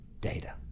data